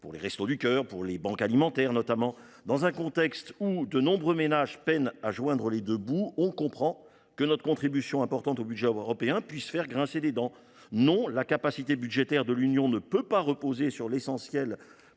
pour les Restos du cœur et les banques alimentaires. Dans un contexte où de nombreux ménages peinent à joindre les deux bouts, on comprend que notre contribution importante au budget européen puisse faire grincer des dents… Non, la capacité budgétaire de l’Union ne peut pas reposer pour l’essentiel